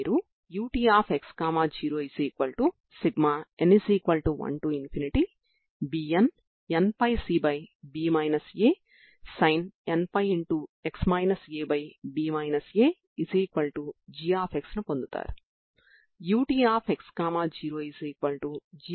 శక్తి ని పరిగణలోకి తీసుకోవడం ద్వారా ప్రత్యేక పరిష్కారం మొక్క ప్రత్యేకత కూడా నిరూపించబడినది సరేనా